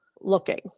looking